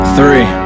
Three